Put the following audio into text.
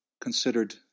considered